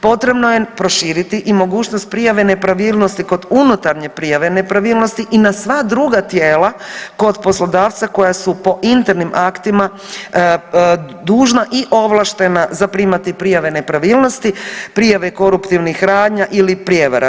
Potrebno je proširiti i mogućnost prijave nepravilnosti kod unutarnje prijave nepravilnosti i na sva druga tijela kod poslodavca koja su po internim aktima dužna i ovlaštena zaprimati prijave nepravilnosti, prijave koruptivnih radnji ili prijevara.